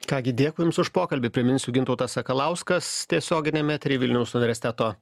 ką gi dėkui jums už pokalbį priminsiu gintautas sakalauskas tiesioginiam etery vilniaus universiteto